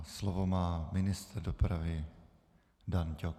Slovo má ministr dopravy Daň Ťok.